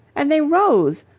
and they rose.